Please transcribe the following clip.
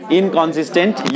inconsistent